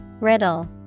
Riddle